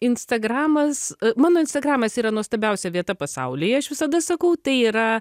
instagramas mano instagramas yra nuostabiausia vieta pasaulyje aš visada sakau tai yra